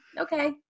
okay